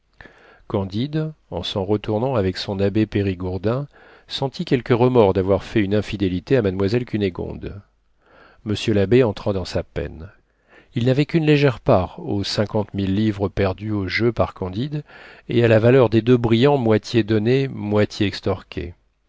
candide en s'en retournant avec son abbé périgourdin sentit quelques remords d'avoir fait une infidélité à mademoiselle cunégonde m l'abbé entra dans sa peine il n'avait qu'une légère part aux cinquante mille livres perdues au jeu par candide et à la valeur des deux brillants moitié donnés moitié extorqués